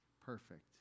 perfect